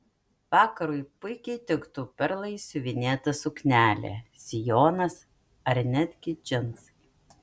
vakarui puikiai tiktų perlais siuvinėta suknelė sijonas ar netgi džinsai